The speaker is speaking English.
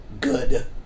good